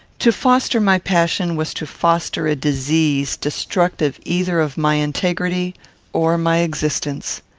to foster my passion was to foster a disease destructive either of my integrity or my existence.